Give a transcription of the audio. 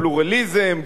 הפלורליזם,